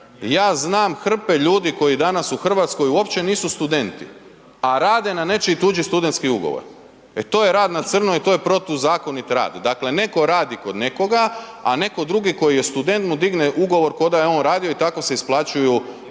ja znam hrpe ljudi koji danas u Hrvatskoj uopće nisu studenti, a rade na nečiji tuđi studentski ugovor. E to je rad na crno i to je protuzakonit rad. Dakle netko radi kod nekoga, a netko drugi koji je student mu digne ugovor ko da je on radio i tako se isplaćuju neki